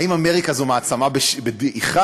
האם אמריקה היא מעצמה בדעיכה,